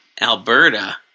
Alberta